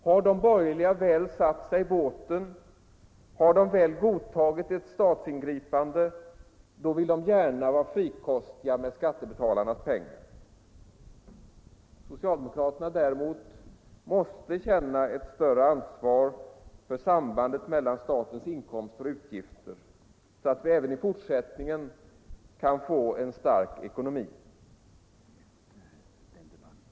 Har de borgerliga väl godtagit ett statsingripande, så vill de gärna vara frikostiga med skattebetalarnas pengar. Socialdemokraterna måste känna ett större ansvar för sambandet mellan statens inkomster och utgifter, så att vi även i fortsättningen får en stark ekonomi.